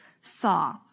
saw